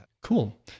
Cool